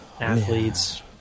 Athletes